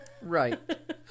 Right